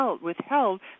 withheld